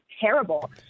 terrible